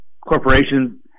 corporations